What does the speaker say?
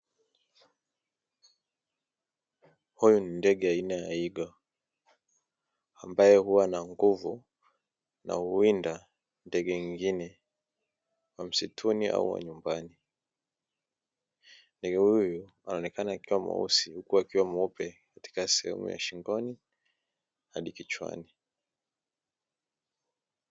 Huyu ni ndege aina ya igo, ambae huwa na nguvu na huwinda ndege wengine wa msituni au wa nyumbani, ndege huyu hunaonekana akiwa mweusi huku akiwa mweupe katika sehemu ya shingoni hadi kichwani.